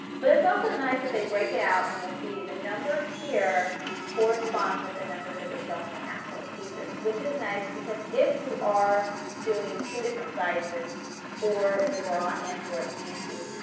but it's also nice that they break it out and you will see the numbers here correspond with the numbers that they show on the actual pieces, which is nice because if you are doing two different sizes for the bra and for the panty,